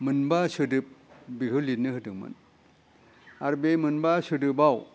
मोनबा सोदोब बिहो लिरनो होदोंमोन आरो बे मोनबा सोदोबाव